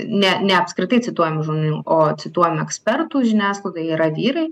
ne ne apskritai cituojamų žmonių o cituojamų ekspertų žiniasklaidoj yra vyrai